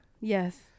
Yes